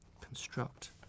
construct